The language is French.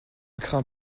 crains